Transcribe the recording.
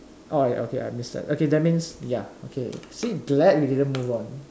ah okay I missed that okay that means ya okay see glad we didn't move on